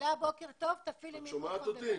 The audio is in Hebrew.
את שומעת אותי?